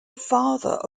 father